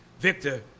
Victor